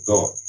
God